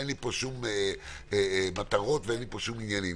אין לי פה שום מטרות ושום עניינים.